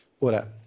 Ora